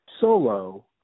solo